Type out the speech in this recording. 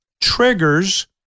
triggers